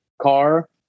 car